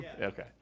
Okay